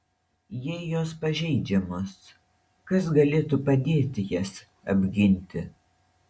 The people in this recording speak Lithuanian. jei jos pažeidžiamos kas galėtų padėti jas apginti